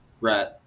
Right